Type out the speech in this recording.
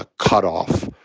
ah cutoff.